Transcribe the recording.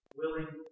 willing